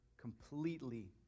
completely